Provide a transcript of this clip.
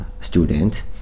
student